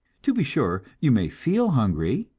to be sure, you may feel hungry,